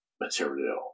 material